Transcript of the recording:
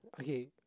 Okay